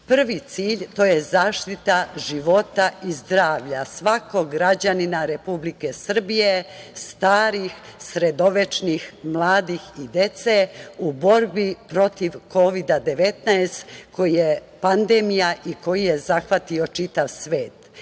cilj, to je zaštita života i zdravlja svakog građanina Republike Srbije, starih, sredovečnih, mladih i dece u borbi protiv kovida 19 koji je pandemija i koji je zahvatio čitav svet. Drugi